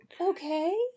Okay